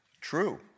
True